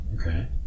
Okay